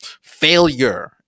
failure